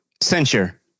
censure